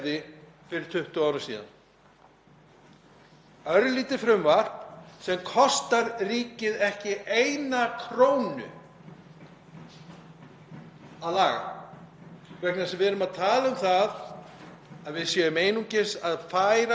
að laga vegna þess að við erum að tala um það að við erum einungis að færa peningana frá þeim sem greiða meðlag til þeirra sem þiggja það, rétt eins og við gerum fyrir börn búsett á Íslandi.